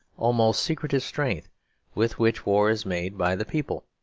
almost secretive strength with which war is made by the people.